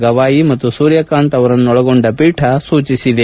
ಗವಾಯಿ ಮತ್ತು ಸೂರ್ಯಕಾಂತ್ ಅವರನ್ನೊಳಗೊಂಡ ಪೀಠ ಸೂಚಿಸಿದೆ